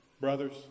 brothers